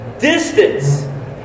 Distance